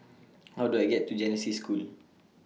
How Do I get to Genesis School